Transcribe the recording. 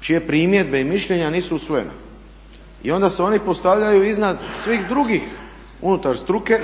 čije primjedbe i mišljenja nisu usvojena i onda se oni postavljaju iznad svih drugih unutar struke